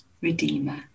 redeemer